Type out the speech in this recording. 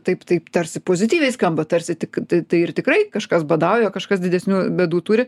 taip taip tarsi pozityviai skamba tarsi tik tai ir tikrai kažkas badauja kažkas didesnių bėdų turi